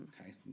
Okay